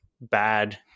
bad